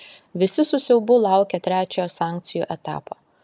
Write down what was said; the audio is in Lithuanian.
visi su siaubu laukia trečiojo sankcijų etapo